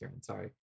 sorry